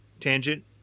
Tangent